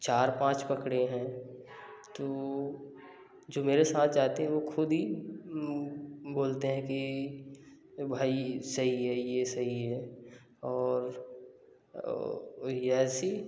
चार पाँच पकड़े हैं तो जो मेरे साथ जाते हैं वो ख़ुद ही बोलते हैं कि भाई सही है ये सही है और और यासी